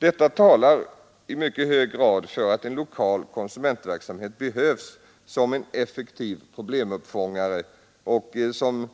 Detta talar för att en lokal konsumentverksamhet behövs som en effektiv problemuppfångare och som